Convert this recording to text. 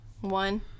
One